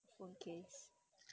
phone case